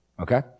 okay